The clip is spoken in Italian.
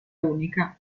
unica